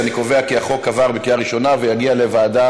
ההצעה להעביר את הצעת